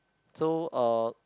so uh